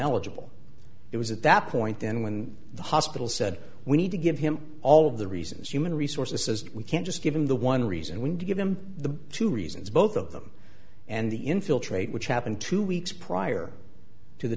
ineligible it was at that point then when the hospital said we need to give him all of the reasons human resources says we can't just give him the one reason we need to give him the two reasons both of them and the infiltrate which happened two weeks prior to the